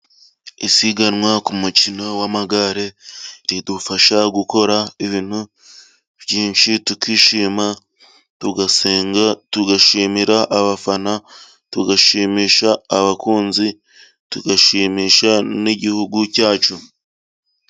Isiganwa ku mukino w'amagare ridufasha gukora ibintu byinshi tukishima, tugasenga, tugashimira abafana, tugashimisha abakunzi, tugashimisha n'igihugu cyacu.